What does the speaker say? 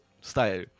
style